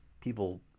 people